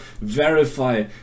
verify